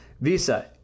Visa